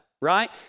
right